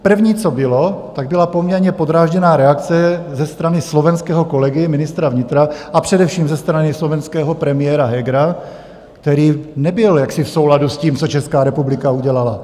První, co bylo, byla poměrně podrážděná reakce ze strany slovenského kolegy, ministra vnitra, a především ze strany slovenského premiéra Hegera, který nebyl v souladu s tím, co Česká republika udělala.